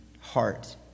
heart